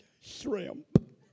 shrimp